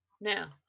now